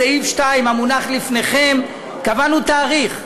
בסעיף 2 המונח לפניכם קבענו תאריך,